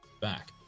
back